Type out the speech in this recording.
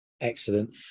Excellent